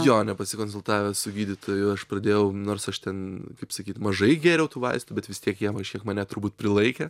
jo nepasikonsultavęs su gydytoju aš pradėjau nors aš ten kaip sakyt mažai gėriau tų vaistų bet vis tiek jie va kažkiek mane turbūt prilaikė